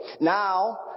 Now